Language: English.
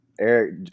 Eric